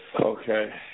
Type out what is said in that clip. Okay